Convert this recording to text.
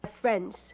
friends